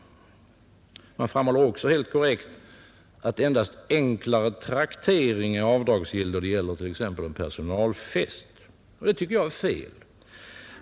Man framhåller också, helt korrekt, att endast enklare traktering är avdragsgill då det gäller t.ex. en personalfest. Och det tycker jag är fel.